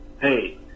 hey